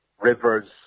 rivers